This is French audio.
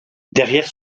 derrière